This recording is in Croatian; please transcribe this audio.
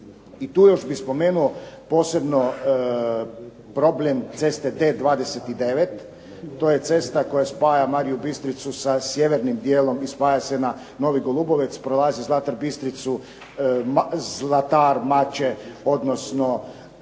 I tu još bi spomenuo posebno problem ceste D 29, to je cesta koja spaja Mariju Bistricu sa sjevernim dijelom i spaja se na Novi Golubovec, prolazi Zlatar Bistricu, Zlatar, odnosno